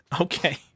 Okay